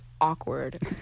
awkward